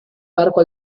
barco